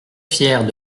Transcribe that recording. fiers